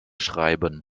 schreiben